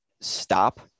stop